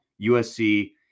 USC